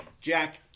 Jack